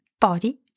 body